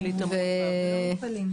לא מתפלאים.